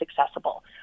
accessible